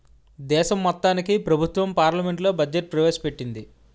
దేశం మొత్తానికి ప్రభుత్వం పార్లమెంట్లో బడ్జెట్ ప్రవేశ పెట్టింది